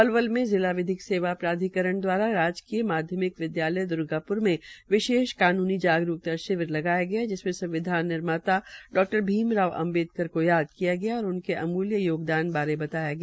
पलवल में जिला विधिक सेवा प्राधिकरण दवारा राजकीय माध्यमिक विदयालय द्र्गाप्र में विशेष कानूनी जागरूकता शिविर लगाया गया जिसमें संविधान निर्माता डॉ भीम राव अम्बेडकर को याद किया गया और उनके अतूल्य योगदान बारे बताया गया